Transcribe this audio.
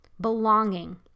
Belonging